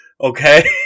Okay